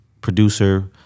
producer